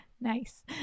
Nice